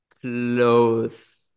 close